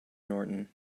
norton